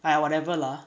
!aiya! whatever lah